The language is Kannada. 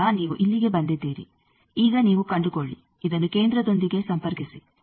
ಆದ್ದರಿಂದ ನೀವು ಇಲ್ಲಿಗೆ ಬಂದಿದ್ದೀರಿ ಈಗ ನೀವು ಕಂಡುಕೊಳ್ಳಿ ಇದನ್ನು ಕೇಂದ್ರದೊಂದಿಗೆ ಸಂಪರ್ಕಿಸಿ